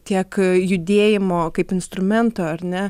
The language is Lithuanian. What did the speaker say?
tiek judėjimo kaip instrumento ar ne